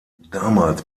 damals